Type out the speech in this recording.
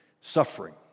Suffering